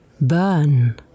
...burn